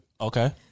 Okay